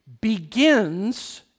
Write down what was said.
begins